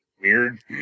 weird